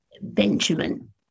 Benjamin